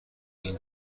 این